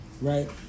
right